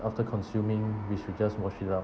after consuming we should just wash it up